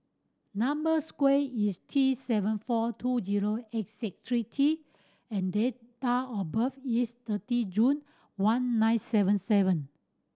number square is T seven four two zero eight six three T and date of birth is thirty June one nine seven seven